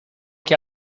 que